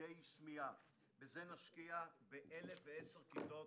לכבדי שמיעה בזה נשקיע ב-1,010 כיתות